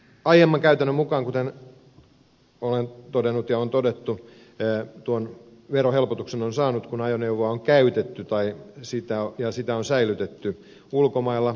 aiemman käytännön mukaan kuten olen todennut ja on todettu tuon verohelpotuksen on saanut kun ajoneuvoa on käytetty ja sitä on säilytetty ulkomailla